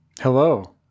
Hello